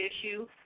issue